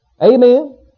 Amen